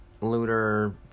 Looter